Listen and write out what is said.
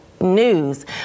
News